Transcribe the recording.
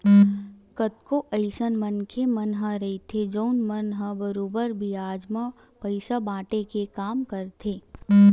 कतको अइसन मनखे मन ह रहिथे जउन मन ह बरोबर बियाज म पइसा बाटे के काम करथे